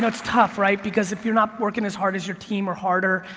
it's tough, right, because if you're not working as hard as your team or harder,